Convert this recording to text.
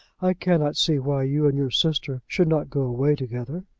i cannot see why you and your sister should not go away together.